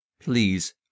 please